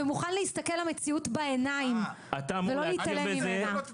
ומוכן להסתכל למציאות בעיניים ולא להתעלם ממנה.